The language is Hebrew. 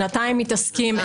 שנתיים מתעסקים.